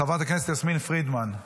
חברת הכנסת יסמין פרידמן.